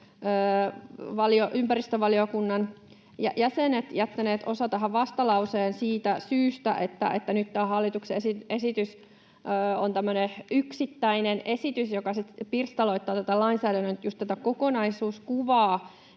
ympäristövaliokunnan jäsenistä jättänyt tähän vastalauseen siitä syystä — tämä hallituksen esitys on tämmöinen yksittäinen esitys, joka sitten pirstaloittaa just tätä lainsäädännön kokonaiskuvaa.